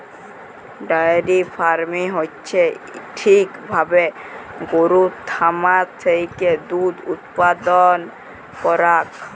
diary farming হচ্যে ঠিক ভাবে গরুর খামার থেক্যে দুধ উপাদান করাক